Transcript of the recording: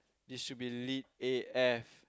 this should be lit A_F